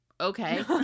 okay